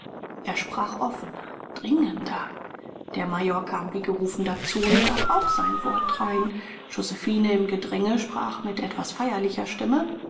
er sprach offener dringender der major kam wie gerufen dazu und gab auch sein wort drein josephine im gedränge sprach mit etwas feierlicher stimme